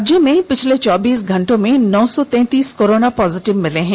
राज्य में पिछले चौबीस घंटों में नौ सौ तैंतीस कोरोना पॉजिटिव मरीज मिले हैं